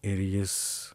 ir jis